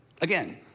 Again